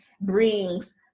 brings